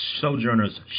Sojourner's